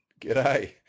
G'day